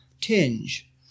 tinge